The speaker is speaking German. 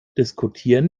diskutierten